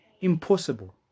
impossible